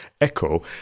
echo